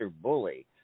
bully